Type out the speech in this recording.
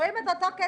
זה 17', 18' ו-19'.